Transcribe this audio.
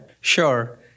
Sure